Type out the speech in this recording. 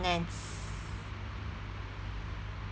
finance